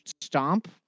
stomp